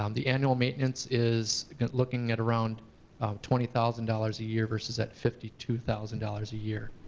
um the annual maintenance is looking at around twenty thousand dollars a year, versus that fifty two thousand dollars a year.